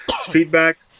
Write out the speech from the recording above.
Feedback